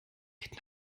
geht